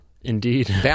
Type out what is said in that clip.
Indeed